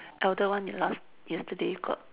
elder one is last yesterday got